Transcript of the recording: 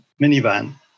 minivan